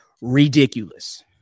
ridiculous